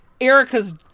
Erica's